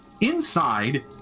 Inside